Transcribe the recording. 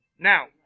Now